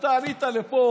אתה עלית לפה,